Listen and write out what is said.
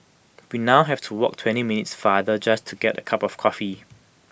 we now have to walk twenty minutes farther just to get A cup of coffee